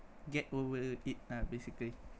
get over it ah basically